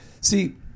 See